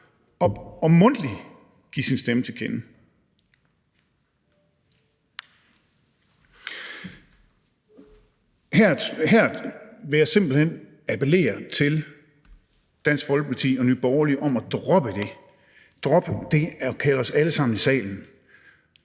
og mundtligt give sin stemme til kende. Her vil jeg simpelt hen appellere til Dansk Folkeparti og Nye Borgerlige om at droppe det – drop at kalde os alle sammen i salen